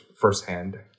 firsthand